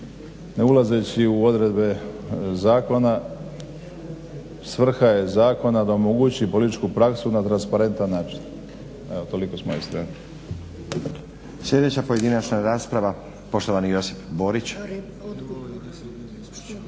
Ne ulazeći u odredbe zakona, svrha je zakona da omogući političku praksu na transparentan način. Evo, toliko s moje strane.